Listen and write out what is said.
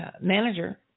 manager